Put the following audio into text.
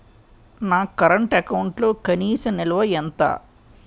నా కరెంట్ అకౌంట్లో కనీస నిల్వ ఎంత?